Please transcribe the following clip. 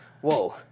Whoa